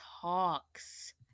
talks